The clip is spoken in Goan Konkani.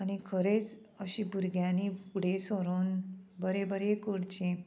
आनी खरेंच अशी भुरग्यांनी फुडें सरोन बरें बरें करचें